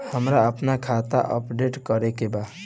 हमरा आपन खाता अपडेट करे के बा